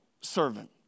servant